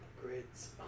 grids